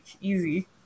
Easy